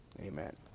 Amen